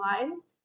lines